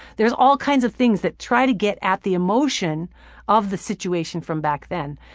there's all kinds of things that try to get at the emotion of the situation from back then,